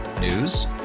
News